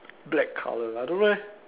black colour I don't know eh